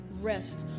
rest